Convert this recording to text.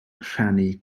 rhannu